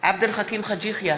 עבד אל חכים חאג' יחיא,